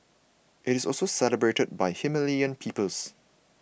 it is also celebrated by Himalayan peoples